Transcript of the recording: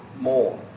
More